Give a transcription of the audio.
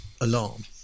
alarm